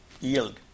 yield